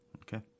Okay